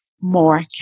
more